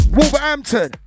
Wolverhampton